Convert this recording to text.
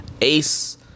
Ace